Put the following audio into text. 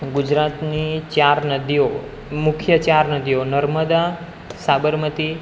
ગુજરાતની ચાર નદીઓ મુખ્ય ચાર નદીઓ નર્મદા સાબરમતી